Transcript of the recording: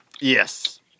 Yes